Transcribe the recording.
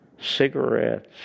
Cigarettes